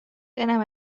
دلم